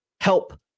help